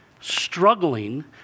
struggling